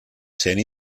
sent